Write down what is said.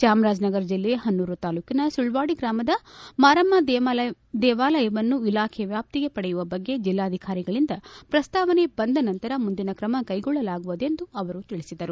ಚಾಮರಾಜನಗರ ಜಿಲ್ಲೆಯ ಪನೂರು ತಾಲ್ಲೂಕಿನ ಸುಳ್ವಾಡಿ ಗ್ರಾಮದ ಮಾರಮ್ಮ ದೇವಾಲಯವನ್ನು ಇಲಾಖೆ ವ್ಯಾಪ್ತಿಗೆ ಪಡೆಯುವ ಬಗ್ಗೆ ಜಿಲ್ಲಾಧಿಕಾರಿಗಳಿಂದ ಪ್ರಸ್ತಾವನೆ ಬಂದ ನಂತರ ಮುಂದಿನ ಕ್ರಮ ಕೈಗೊಳ್ಳಲಾಗುವುದು ಎಂದು ಅವರು ತಿಳಿಸಿದರು